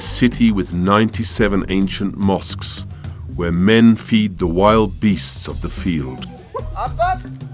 city with ninety seven ancient mosques where men feed the wild beasts of the field